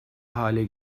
hale